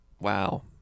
wow